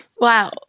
Wow